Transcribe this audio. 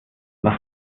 was